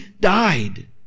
died